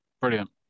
Brilliant